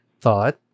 thought